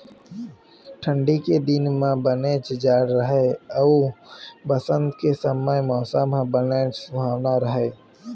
ठंडी के दिन म बनेच जूड़ करय अउ बसंत के समे मउसम ह बनेच सुहाना राहय